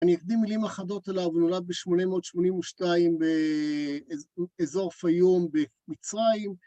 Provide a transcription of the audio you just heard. אני אקדים מילים אחדות עליו, הוא נולד ב-882 באזור פיום במצרים.